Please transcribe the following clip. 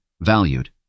valued